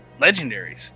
legendaries